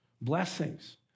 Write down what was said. Blessings